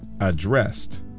addressed